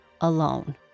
alone